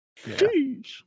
Jeez